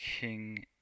King